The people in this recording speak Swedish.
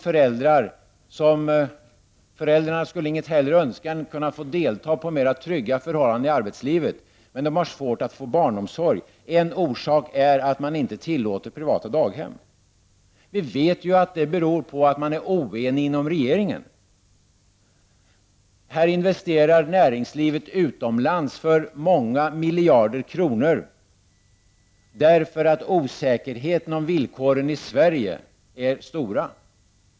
Föräldrar som inget hellre skulle önska än att få delta under mera trygga förhållanden i arbetslivet har svårt att få barnomsorg. En orsak är att privata daghem inte tillåts. Vi vet att det beror på att man är oenig inom regeringen. Här investerar näringslivet utomlands för många miljarder kronor därför att osäkerheten om villkoren i Sverige är stor.